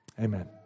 Amen